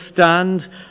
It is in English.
stand